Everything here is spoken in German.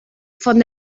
von